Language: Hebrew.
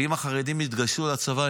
ואם החרדים יתגייסו לצבא,